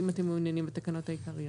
אין סיבה להכניס את זה לתקנות העיקריות.